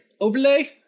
overlay